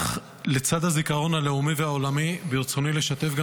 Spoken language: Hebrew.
אך לצד הזיכרון הלאומי והעולמי ברצוני לשתף גם